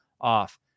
off